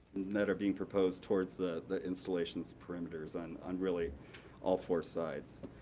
that are being proposed towards the the installation's perimeters on on really all four sides.